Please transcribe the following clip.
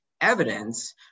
evidence